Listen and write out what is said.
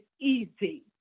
easy